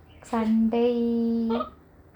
சண்டை:sandai